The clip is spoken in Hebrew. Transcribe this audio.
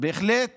בהחלט